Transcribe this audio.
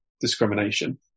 discrimination